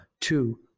two